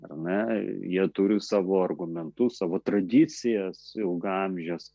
ar ne jie turi savų argumentų savo tradicijas ilgaamžes